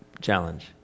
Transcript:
challenge